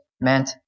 meant